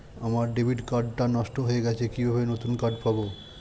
আমার debit card টা নষ্ট হয়ে গেছে কিভাবে নতুন কার্ড পাব?